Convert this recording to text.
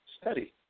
Study